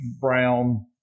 brown